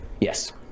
Yes